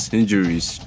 injuries